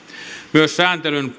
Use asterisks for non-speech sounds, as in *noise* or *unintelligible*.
myös sääntelyn *unintelligible*